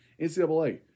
NCAA